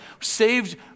saved